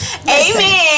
amen